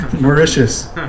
Mauritius